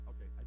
Okay